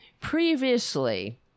previously